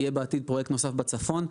יהיה בעתיד פרויקט נוסף בצפון.